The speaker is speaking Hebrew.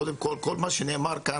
קודם כול כל מה שנאמר כאן,